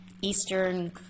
eastern